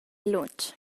lunsch